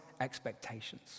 expectations